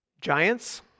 Giants